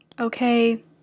okay